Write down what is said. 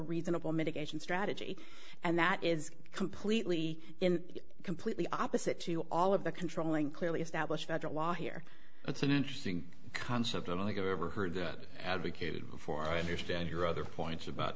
reasonable mitigation strategy and that is completely completely opposite to all of the controlling clearly established federal law here it's an interesting concept and i think ever heard that advocated before i understand your other points about